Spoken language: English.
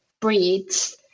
breeds